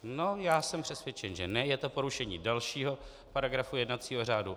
No, já jsem přesvědčen, že ne, je to porušení dalšího paragrafu jednacího řádu.